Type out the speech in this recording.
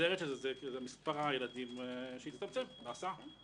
הנגזרת של זה היא שמספר הילדים הצטמצם בהסעה.